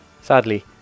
Sadly